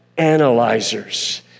analyzers